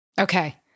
Okay